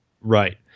Right